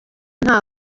nta